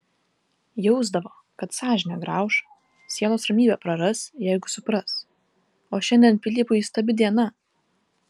jausdavo kad sąžinė grauš sielos ramybę praras jeigu supras o šiandien pilypui įstabi diena